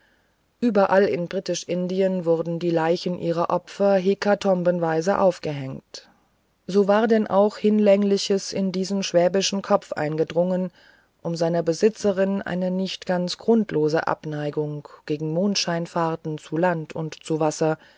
überall in britisch indien wurden die leichen ihrer opfer hekatombenweise aufgehängt so war denn auch hinlängliches in diesen schwäbischen kopf eingedrungen um seiner besitzerin eine nicht ganz grundlose abneigung gegen mondscheinfahrten zu land und zu wasser